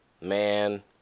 man